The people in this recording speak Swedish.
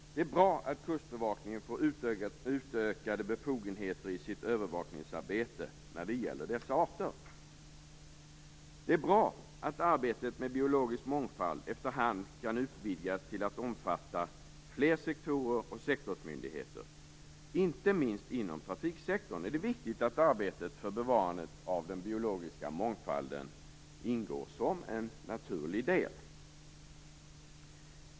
Det är bra att Kustbevakningen får utökade befogenheter i sitt övervakningsarbete när det gäller dessa arter. Det är bra att arbetet med biologisk mångfald efter hand kan utvidgas till att omfatta fler sektorer och sektorsmyndigheter. Det är viktigt att arbetet för bevarandet av den biologiska mångfalden ingår som en naturlig del, inte minst inom trafiksektorn.